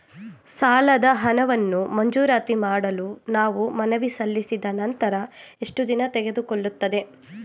ಸಾಲದ ಹಣವನ್ನು ಮಂಜೂರಾತಿ ಮಾಡಲು ನಾವು ಮನವಿ ಸಲ್ಲಿಸಿದ ನಂತರ ಎಷ್ಟು ದಿನ ತೆಗೆದುಕೊಳ್ಳುತ್ತದೆ?